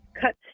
cut